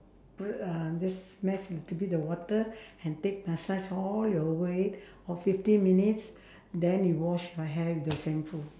put uh just splash a little bit the water and take massage all the way for fifteen minutes then you wash your hair with the shampoo